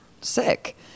sick